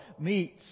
meets